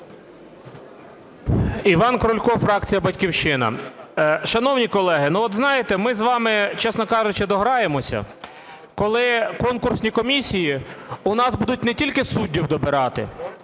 Іван Крулько, фракція "Батьківщина". Шановні колеги, от знаєте, ми з вами, чесно кажучи, дограємося, коли конкурсні комісії у нас будуть не тільки суддів добирати,